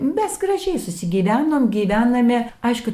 mes gražiai susigyvenom gyvename aišku